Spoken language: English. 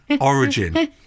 origin